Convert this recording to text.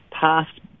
past